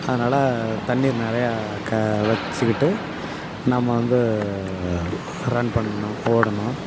அதனால தண்ணீர் நிறையா க வச்சுக்கிட்டு நம்ம வந்து ரன் பண்ணுணும் ஓடணும்